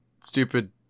stupid